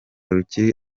rukiri